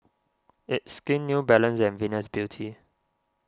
It's Skin New Balance and Venus Beauty